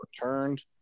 returned